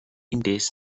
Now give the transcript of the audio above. indes